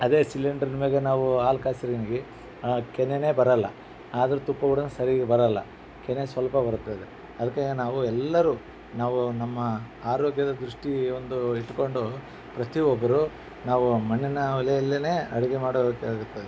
ಅದೇ ಸಿಲಿಂಡ್ರ್ ಮ್ಯಾಲೆ ನಾವು ಹಾಲ್ ಕಾಯ್ಸೋದ್ರಿಗಿ ಕೆನೆನೆ ಬರೋಲ್ಲ ಆದರೂ ತುಪ್ಪ ಕೂಡ ಸರಿಗೆ ಬರೋಲ್ಲ ಕೆನೆ ಸ್ವಲ್ಪ ಬರ್ತದೆ ಅದಕ್ಕೆ ನಾವು ಎಲ್ಲರೂ ನಾವು ನಮ್ಮಆರೋಗ್ಯದ ದೃಷ್ಟಿ ಒಂದು ಇಟ್ಟುಕೊಂಡು ಪ್ರತಿಯೊಬ್ರು ನಾವು ಮಣ್ಣಿನ ಒಲೆಯಲ್ಲೇ ಅಡುಗೆ ಮಾಡಬೇಕಾಗುತ್ತದೆ